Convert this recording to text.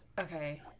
Okay